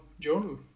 journal